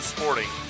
Sporting